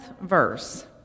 verse